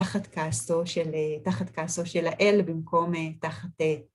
תחת כעסו של האל במקום תחת ד.